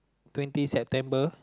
twenty September